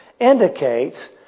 indicates